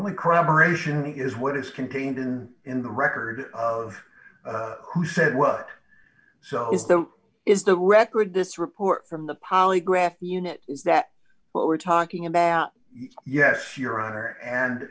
only crime aeration is what is contained in in the record of who said what so is the is the record this report from the polygraph unit is that what we're talking about yes your honor and